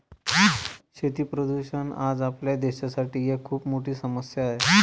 शेती प्रदूषण आज आपल्या देशासाठी एक खूप मोठी समस्या आहे